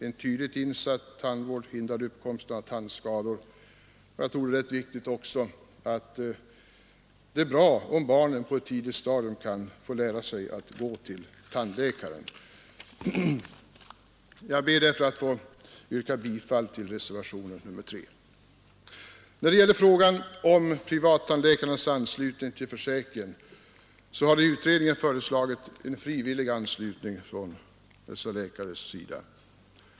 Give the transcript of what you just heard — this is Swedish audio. En tidigt insatt tandvård hindrar uppkomsten av tandskador, och jag tror också det är bra om barnen på ett tidigt stadium kan få lära sig att gå till tandläkaren. Jag ber, herr talman; att få yrka bifall till reservationen III. När det gäller frågan om privattandläkarnas anslutning till försäkringen hade utredningen föreslagit en frivillig anslutning från dessa läkares sida.